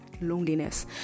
loneliness